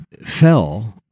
fell